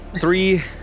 three